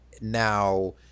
now